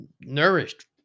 nourished